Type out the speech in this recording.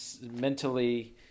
mentally